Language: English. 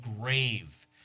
grave